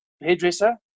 hairdresser